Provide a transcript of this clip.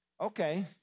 okay